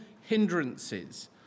hindrances